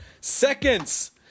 Seconds